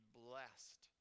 blessed